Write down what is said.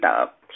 up